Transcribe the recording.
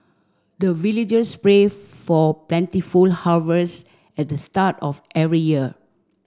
the villagers pray for plentiful harvest at the start of every year